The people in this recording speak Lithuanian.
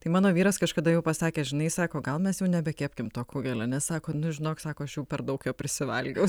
tai mano vyras kažkada jau pasakė žinai sako gal mes jau nebekepkim to kugelio nes sako nu žinok sako aš aš jau per daug jo prisivalgiau